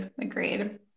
agreed